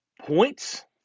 points